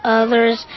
others